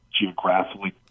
geographically